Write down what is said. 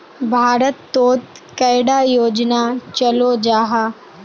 भारत तोत कैडा योजना चलो जाहा?